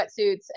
wetsuits